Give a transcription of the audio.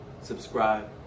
subscribe